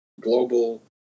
global